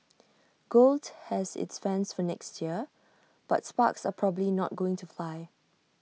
gold has its fans for next year but sparks are probably not going to fly